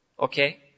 Okay